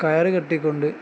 കയറ് കെട്ടിക്കൊണ്ട്